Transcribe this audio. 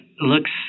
looks